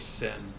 sin